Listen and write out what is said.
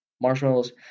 marshmallows